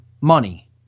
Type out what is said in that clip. money